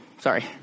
Sorry